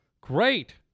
Great